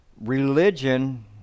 religion